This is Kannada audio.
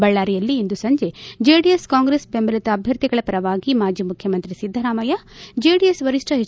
ಬಳ್ಳಾರಿಯಲ್ಲಿ ಇಂದು ಸಂಜೆ ಜೆಡಿಎಸ್ ಕಾಂಗ್ರೆಸ್ ಬೆಂಬಲಿತ ಅಭ್ಯರ್ಥಿಗಳ ಪರವಾಗಿ ಮಾಜಿ ಮುಖ್ಯಮಂತ್ರಿ ಸಿದ್ದರಾಮಯ್ಕ ಜೆಡಿಎಸ್ ವರಿಷ್ಠ ಹೆಚ್